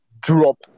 drop